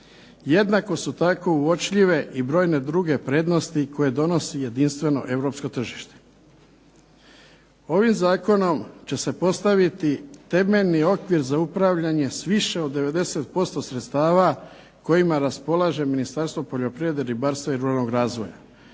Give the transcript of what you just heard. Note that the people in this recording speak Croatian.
Jednako su tako uočljive i brojne druge prednosti koje donosi jedinstveno europsko tržište. Ovim zakonom će se postaviti temeljni okvir za upravljanje s više od 90% sredstava kojima raspolaže Ministarstvo poljoprivrede, ribarstva i ruralnog razvoja.